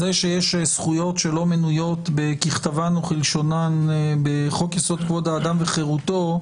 זה שיש זכויות שלא מנויות ככתבן וכלשונן בחוק-יסוד: כבוד האדם וחירותו,